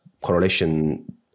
Correlation